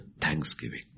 thanksgiving